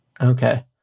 Okay